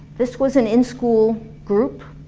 this was an in school group.